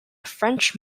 french